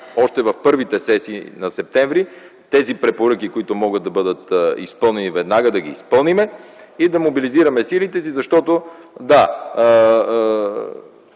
още в първите сесии на септември тези препоръки, които могат да бъдат изпълнени веднага, да ги изпълним и да мобилизираме силите си. Защото, да,